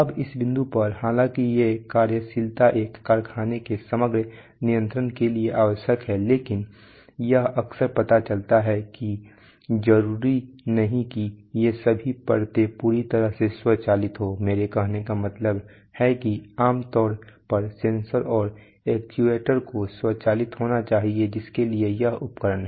अब इस बिंदु पर हालांकि ये कार्यशीलता एक कारखाने के समग्र नियंत्रण के लिए आवश्यक हैं लेकिन यह अक्सर पता चलता है कि जरूरी नहीं कि ये सभी परतें पूरी तरह से स्वचालित हों मेरे कहने का मतलब यह है कि आम तौर पर सेंसर और एक्चुएटर्स को स्वचालित होना चाहिए जिसके लिए यह उपकरण हैं